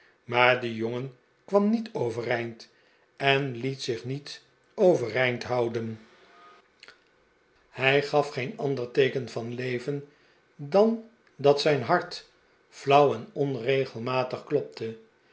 maar de jongen k warn niet overeind en liet zich niet overeind houden hij gaf geen ander teeken van leven dan dat zijn hart flauw en onregelmatig klopte